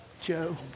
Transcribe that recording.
Joe